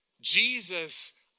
Jesus